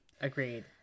agreed